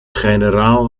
generaal